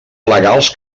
legals